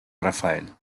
raphael